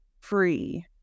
free